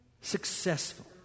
successful